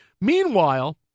Meanwhile